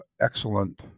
excellent